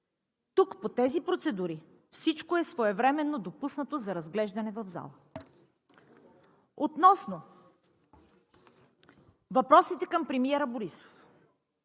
Тук по тези процедури всичко е своевременно допуснато за разглеждане в залата. Относно въпросите към премиера Борисов.